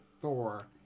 Thor